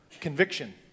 Conviction